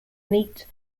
neat